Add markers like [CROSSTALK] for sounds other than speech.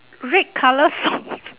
red colour socks [LAUGHS]